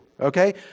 okay